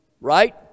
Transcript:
right